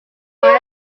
far